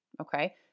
Okay